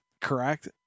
correct